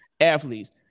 athletes